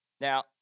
Now